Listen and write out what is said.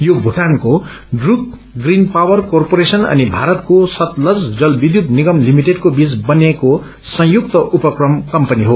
यो भूटानको Druk green power corporation अनि भारतको सतलुज जल विद्युत निगम लिमिटेडको बीच बनिएको संयुक्त उपक्रम कम्पनी हो